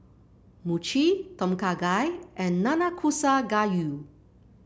Mochi Tom Kha Gai and Nanakusa Gayu